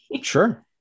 Sure